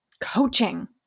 coaching